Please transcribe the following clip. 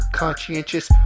conscientious